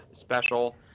special